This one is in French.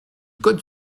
code